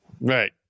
Right